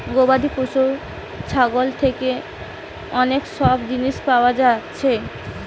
গবাদি পশু ছাগল থিকে অনেক সব জিনিস পায়া যাচ্ছে